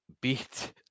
beat